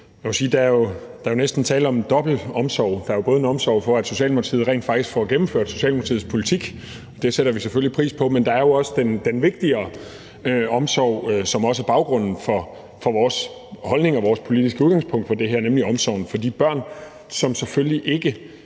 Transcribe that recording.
at der jo næsten er tale om dobbelt omsorg. Der er både en omsorg for, at Socialdemokratiet rent faktisk får gennemført Socialdemokratiets politik – og det sætter vi selvfølgelig pris på – men der er jo også den vigtigere omsorg, som er baggrunden for vores holdning og vores politiske udgangspunkt for det her, nemlig omsorgen for de børn, som selvfølgelig ikke